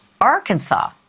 Arkansas